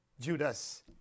Judas